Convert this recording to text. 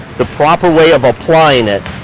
the proper way of applying it.